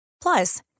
Plus